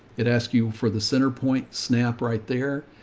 it asks you for the center point snap right there.